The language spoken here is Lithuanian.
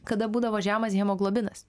kada būdavo žemas hemoglobinas